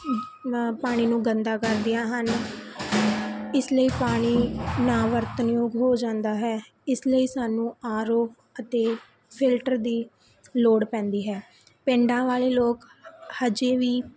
ਪਾਣੀ ਨੂੰ ਗੰਦਾ ਕਰਦੀਆਂ ਹਨ ਇਸ ਲਈ ਪਾਣੀ ਨਾ ਵਰਤਣਯੋਗ ਹੋ ਜਾਂਦਾ ਹੈ ਇਸ ਲਈ ਸਾਨੂੰ ਆਰ ਓ ਅਤੇ ਫਿਲਟਰ ਦੀ ਲੋੜ ਪੈਂਦੀ ਹੈ ਪਿੰਡਾਂ ਵਾਲੇ ਲੋਕ ਅਜੇ ਵੀ